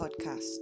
podcast